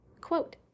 quote